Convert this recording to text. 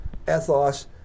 Ethos